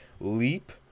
leap